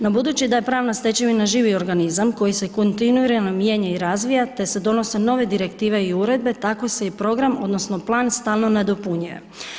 No, budući da je pravna stečevina živi organizam koji se kontinuirano mijenja i razvija te se donose nove direktive i uredbe tako se i program odnosno plan stalno nadopunjuje.